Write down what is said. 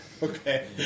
Okay